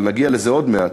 אבל נגיע לזה עוד מעט,